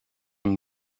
and